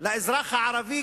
לאזרח הערבי,